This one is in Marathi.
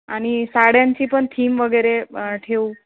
आणि साड्यांची पण थीम वगैरे ठेऊ